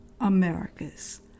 Americas